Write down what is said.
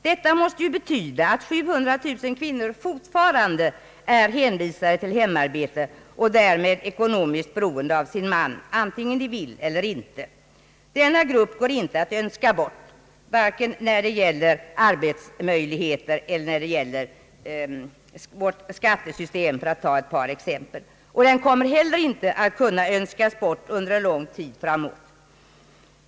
Detta måste betyda att 700 000 kvinnor fortfarande är hänvisade till hemarbete och därmed ekonomiskt beroende av sin man, antingen de vill eller inte. Denna grupp går inte att önska bort, vare sig när det gäller arbetsmöjligheter eller vårt skattesystem för att ta ett par exempel. Den kommer inte heller att kunna önskas bort under lång tid framöver.